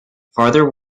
farther